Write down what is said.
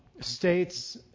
states